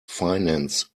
finance